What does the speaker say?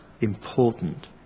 important